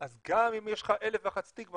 אז גם אם יש לך 1001 סטיגמות,